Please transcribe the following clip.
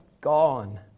gone